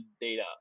data